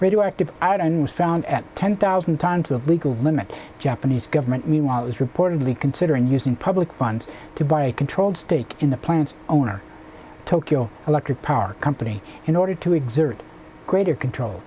radioactive iodine was found at ten thousand times the legal limit japanese government meanwhile is reportedly considering using public funds to buy a controlled stake in the plant's own or tokyo electric power company in order to exert greater control